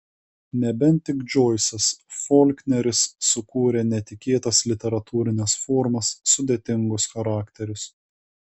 nebent tik džoisas folkneris sukūrę netikėtas literatūrines formas sudėtingus charakterius